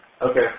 Okay